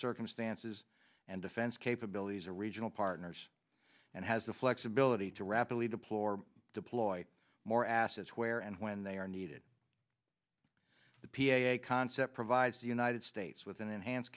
circumstances and defense capabilities or regional partners and has the flexibility to rapidly deplore deploy more assets where and when they are needed the p a concept provides the united states with an enhance